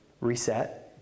reset